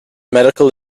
medical